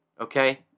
okay